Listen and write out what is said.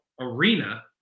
arena